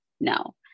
No